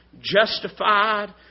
justified